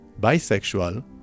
bisexual